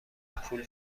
پول